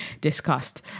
discussed